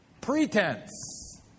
Pretense